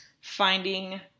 finding